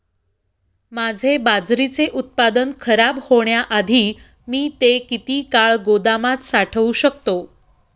माझे बाजरीचे उत्पादन खराब होण्याआधी मी ते किती काळ गोदामात साठवू शकतो?